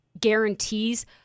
guarantees